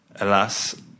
Alas